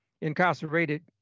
incarcerated